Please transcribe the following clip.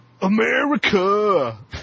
America